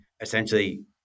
essentially